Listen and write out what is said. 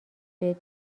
بهت